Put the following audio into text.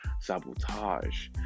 sabotage